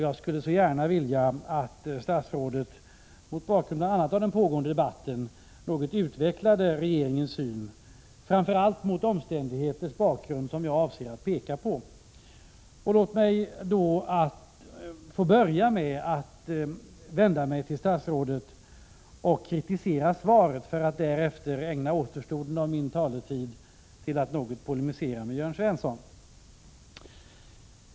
Jag skulle därför gärna vilja att statsrådet, bl.a. mot bakgrund av den pågående debatten, något utvecklar regeringens syn, framför allt med hänsyn till de omständigheter som jag avser att peka på. Låt mig börja med att vända mig till statsrådet och kritisera svaret, för att därefter ägna återstoden av min taletid till att något polemisera mot Jörn Svensson.